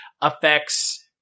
affects